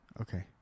Okay